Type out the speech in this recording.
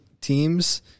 teams